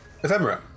Ephemera